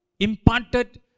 imparted